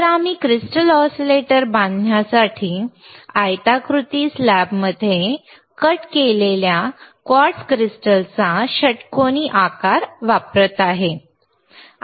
तर आम्ही crystal oscillator बांधण्यासाठी आयताकृती स्लॅबमध्ये कट केलेल्या क्वार्ट्ज क्रिस्टलचा षटकोनी आकार वापरत आहोत